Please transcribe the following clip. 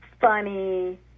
funny